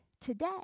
today